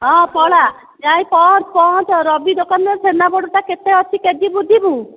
ହଁ ପଳା ଯାଇ ପହଞ୍ଚ ପହଞ୍ଚ ରବି ଦୋକାନରେ ଛେନାପୋଡ଼ଟା କେତେ ଅଛି କେ ଜି ବୁଝିବୁ